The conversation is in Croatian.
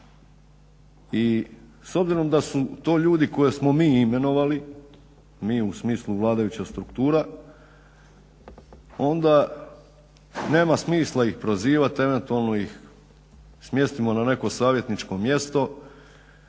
I s obzirom da su to ljudi koje smo mi imenovali, mi u smislu vladajuća struktura onda nema smisla ih prozivat, eventualno ih smjestimo na neko savjetničko mjesto